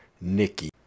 Nikki